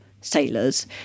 sailors